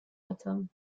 этом